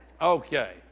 Okay